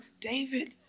David